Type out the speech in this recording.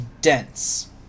dense